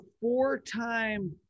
four-time